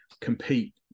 compete